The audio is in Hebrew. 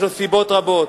יש לו סיבות רבות.